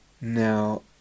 Now